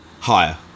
higher